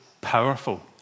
powerful